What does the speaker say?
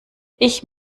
ich